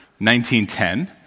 1910